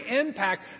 impact